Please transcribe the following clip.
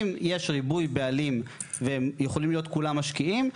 אם יש ריבוי בעלים והם יכולים להיות כולם משקיעים,